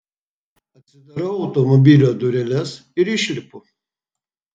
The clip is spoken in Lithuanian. atsidarau automobilio dureles ir išlipu